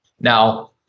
Now